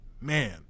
man